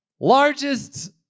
Largest